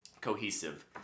cohesive